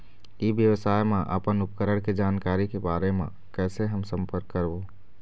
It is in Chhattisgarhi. ई व्यवसाय मा अपन उपकरण के जानकारी के बारे मा कैसे हम संपर्क करवो?